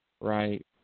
right